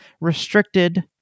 restricted